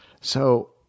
So-